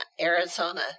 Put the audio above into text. arizona